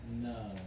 No